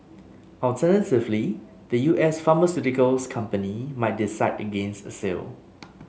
alternatively the U S pharmaceuticals company might decide against a sale